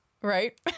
right